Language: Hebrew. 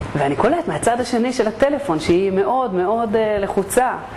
ואני קולט מהצד השני של הטלפון שהיא מאוד מאוד לחוצה